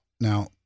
Now